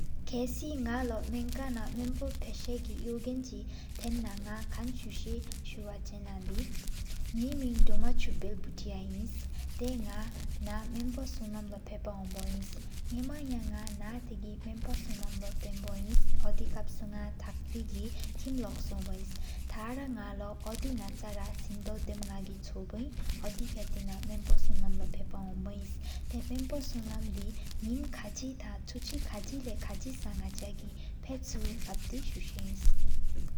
ཁ་སི་ནག་ལོ་མནཁང་ན་མནཔོ། ཕ་ཤ་གྱི་གཡུགས་དགེན་ཐེན་ན་ནག་ཁན་སུ་ས། སུ་བ་ཆེ་ན་དེ་ནག་གི་མིང་། དོ་མ་ཆོ་ཕེལ་བུ་ཏི་ཨ་ངས་པ་ནག་ན་ཧ། མནཔོ་བསོན་དམ་ལོ་སྤེལ་པ་ཧོན་བོ་ཨ་ངས། ཡེན་མ་ཡ་ནག་ནེ་གི་མནཔོ་བསོན་དམ་ལོ། ཐེན་བོ་ཨིན་ཡོ་དེ་ཀབ་སུ་ནག་ཐགས་ཐེ་གི། ཁིམ་ལོག་ཤུགས་ཨིན་ཐ་ར་ན་ལོ་ཨོ་དི་ན་ཅ་དེ། སིན་བོ་ཐེམ་ཆོག་དོ་ཨིན་ཨོ་དི་སེ་སྐུ་ན་མནཔོ། སོན་དམ་ལོ་སྤེལ་པ་ཧོན་བོ་ཨིནས་ཐེ་མནཔོ་སོན་དམ། དི་ནིམ་ཀ་དི་ན་ཆུ་ཆི་བ་དི་ས་ནི་ས། ནག་ཅ་གི་ཕ་ཆུ་ལབ་ཐེ་སུ་ས་ཨིནས་།